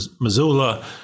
Missoula